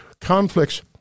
conflicts